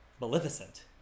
Maleficent